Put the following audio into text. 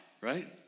right